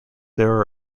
there